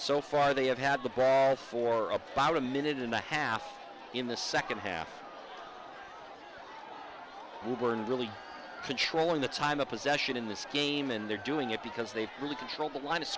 so far they have had the bad for about a minute and a half in the second half and really controlling the time of possession in this game and they're doing it because they really control the line